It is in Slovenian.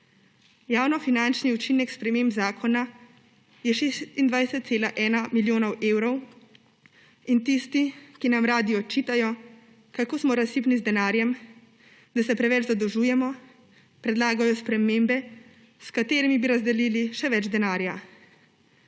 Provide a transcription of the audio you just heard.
Javnofinančni učinek sprememb zakona je 26,1 milijonov evrov. In tisti, ki nam radi očitajo, kako smo razsipni z denarjem, da se preveč zadolžujemo, predlagajo spremembe, s katerimi bi razdelili še več denarja.